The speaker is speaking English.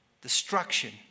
destruction